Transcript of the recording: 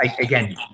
again